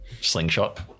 slingshot